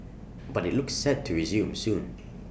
but IT looks set to resume soon